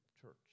church